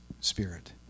Spirit